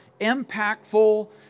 impactful